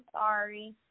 sorry